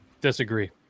Disagree